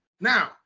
Now